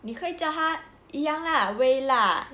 你可以叫他一样 lah 微辣